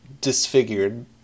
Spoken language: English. disfigured